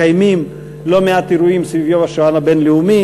מקיימים לא מעט אירועים סביב יום השואה הבין-לאומי.